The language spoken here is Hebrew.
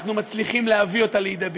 אנחנו מצליחים להביא אותה לידי ביטוי.